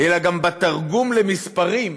אלא גם בתרגום למספרים,